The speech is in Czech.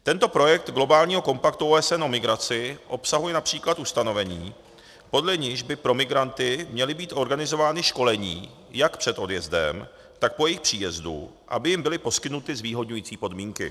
Tento projekt globálního kompaktu OSN o migraci obsahuje např. ustanovení, podle nichž by pro migranty měla být organizována školení jak před odjezdem, tak po jejich příjezdu, aby jim byly poskytnuty zvýhodňující podmínky.